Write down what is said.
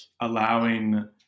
allowing